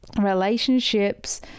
relationships